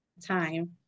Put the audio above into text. time